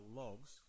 logs